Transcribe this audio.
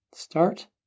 start